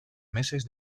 meses